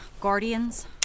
guardians